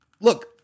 Look